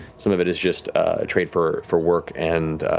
some of it is just trade for for work and